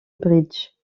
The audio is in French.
bridge